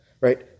Right